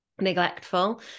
neglectful